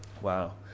Wow